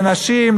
לנשים,